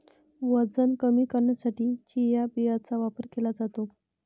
वजन कमी करण्यासाठी चिया बियांचा वापर केला जातो